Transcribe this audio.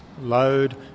load